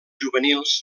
juvenils